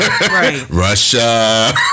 Russia